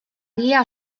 guia